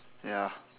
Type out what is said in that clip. ya